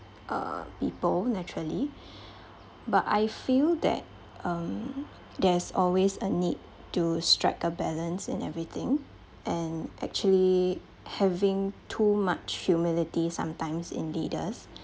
uh people naturally but I feel that um there's always a need to strike a balance in everything and actually having too much humility sometimes in leaders